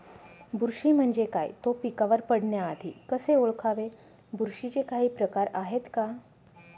बुरशी म्हणजे काय? तो पिकावर पडण्याआधी कसे ओळखावे? बुरशीचे काही प्रकार आहेत का?